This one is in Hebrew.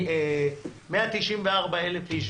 194,000 איש,